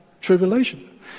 tribulation